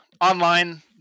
online